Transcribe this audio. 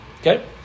Okay